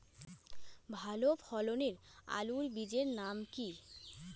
ভালো ফলনের আলুর বীজের নাম কি?